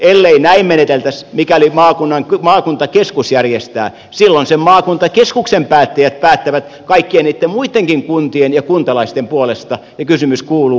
ellei näin meneteltäisi mikäli maakuntakeskus järjestää silloin sen maakuntakeskuksen päättäjät päättävät kaikkien niitten muittenkin kuntien ja kuntalaisten puolesta ja kysymys kuuluu